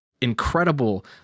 incredible